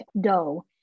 dough